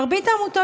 מרבית העמותות,